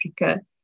Africa